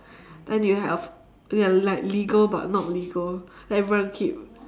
then you have you're like legal but not legal then everyone keep